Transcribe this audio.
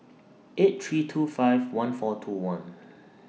eight three two five one four two one